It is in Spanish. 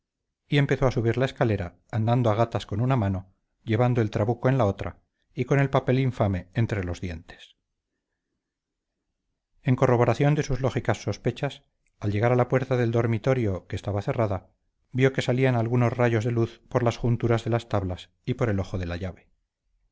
y empezó a subir la escalera andando a gatas con una mano llevando el trabuco en la otra y con el papel infame entre los dientes en corroboración de sus lógicas sospechas al llegar a la puerta del dormitorio que estaba cerrada vio que salían algunos rayos de luz por las junturas de las tablas y por el ojo de la llave